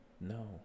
No